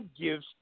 gives